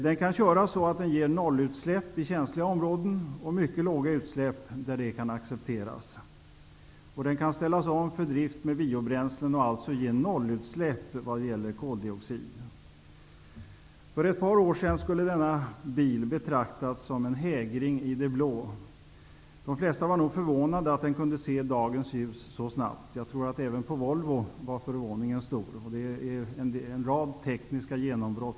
Den kan köras så att den ger nollutsläpp i känsliga områden och mycket låga utsläpp där sådana kan accepteras. Den kan ställas om för drift med biobränslen och alltså ge nollutsläpp vad gäller koldioxid. För ett par år sedan skulle denna bil ha betraktats som en hägring i det blå. De flesta var nog förvånade över att den kunde se dagens ljus så snabbt. Jag tror att förvåningen var stor även på Volvo.